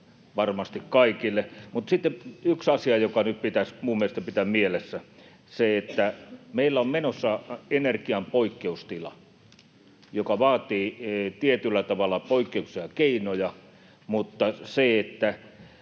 varmasti kaikille. Mutta sitten yksi asia, joka nyt pitäisi minun mielestäni pitää mielessä, on se, että meillä on menossa energian poikkeustila, joka vaatii tietyllä tavalla poikkeuksellisia keinoja, mutta kyllä